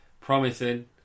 promising